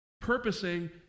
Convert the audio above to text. purposing